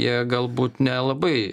jie galbūt nelabai